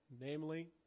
namely